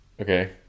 Okay